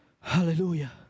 hallelujah